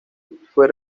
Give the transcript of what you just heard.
fue